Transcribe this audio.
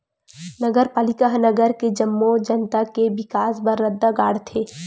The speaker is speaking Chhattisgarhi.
नगरपालिका ह नगर के जम्मो जनता के बिकास बर रद्दा गढ़थे